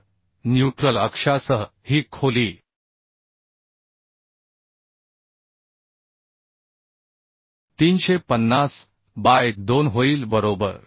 तर न्यूट्रल अक्षासह ही खोली 350 बाय 2 होईल बरोबर